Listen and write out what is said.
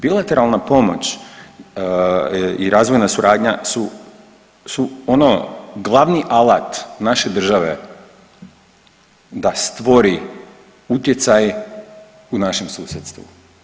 Bilateralna pomoć i razvojna suradnja su, su ono glavni alat naše države da stvori utjecaj u našem susjedstvu.